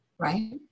right